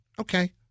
Okay